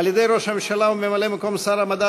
על-ידי ראש הממשלה וממלא-מקום שר המדע,